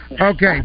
Okay